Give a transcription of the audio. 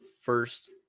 first